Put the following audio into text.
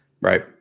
Right